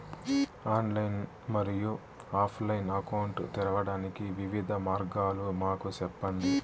Online మరియు offline account తెరవడానికి వివిధ మార్గాలు మాకు సెప్పండి?